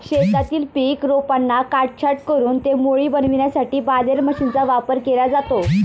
शेतातील पीक रोपांना काटछाट करून ते मोळी बनविण्यासाठी बालेर मशीनचा वापर केला जातो